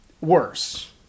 worse